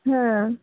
হ্যাঁ